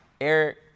Eric